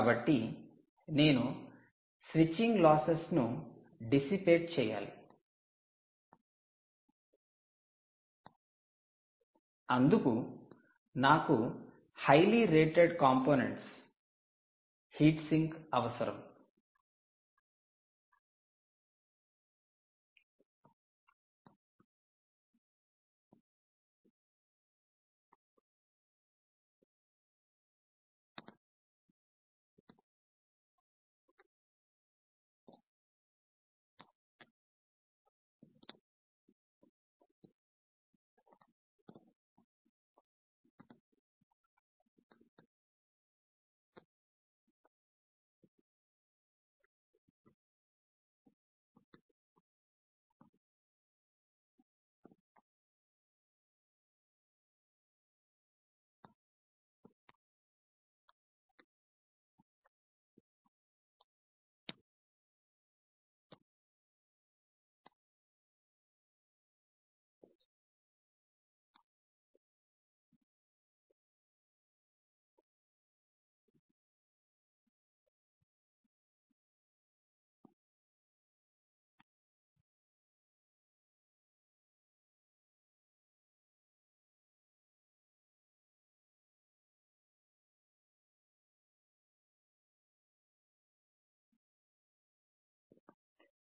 కాబట్టి నేను switching losses ను డిసిపెట్ చేయాలి అందుకు నాకు highly rated components heat sink అవసరం